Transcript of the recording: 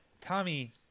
Tommy